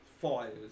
fires